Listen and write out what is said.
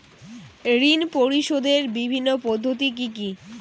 ঋণ পরিশোধের বিভিন্ন পদ্ধতি কি কি?